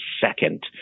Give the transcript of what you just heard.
second